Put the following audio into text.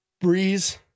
Breeze